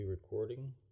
recording